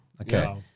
Okay